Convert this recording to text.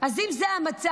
אז אם זה המצב,